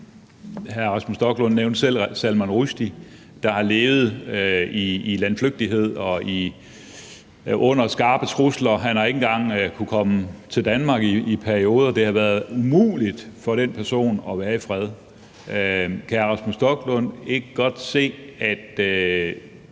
hr. Rasmus Stoklund nævnte selv Salman Rushdie, der har levet i landflygtighed og under skarpe trusler. Han har ikke engang kunnet komme til Danmark i perioder, og det har været umuligt for den person at være i fred. Kan hr. Rasmus Stoklund ikke godt se, at